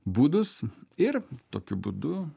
būdus ir tokiu būdu